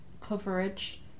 coverage